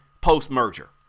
post-merger